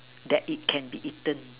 that it can be eaten